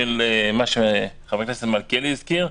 מה שחבר הכנסת מלכיאלי הזכיר,